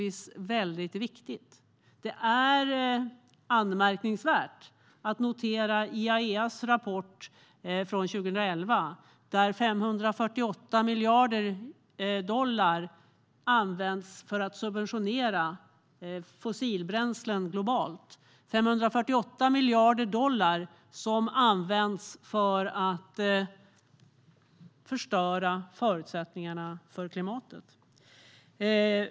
I IAEA:s rapport från 2011 kan man notera det anmärkningsvärda att 548 miljarder dollar används för att subventionera fossilbränslen globalt sett. Det är alltså 548 miljarder dollar som används för att förstöra förutsättningarna för klimatet.